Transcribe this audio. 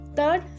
Third